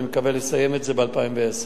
אני מקווה לסיים את זה ב-2011.